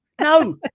No